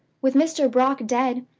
with mr. brock dead,